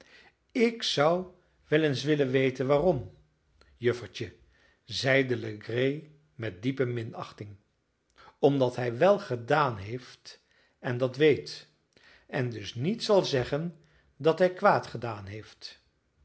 ik zou wel eens willen weten waarom juffertje zeide legree met diepe minachting omdat hij wèl gedaan heeft en dat weet en dus niet zal zeggen dat hij kwaad gedaan heeft